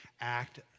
act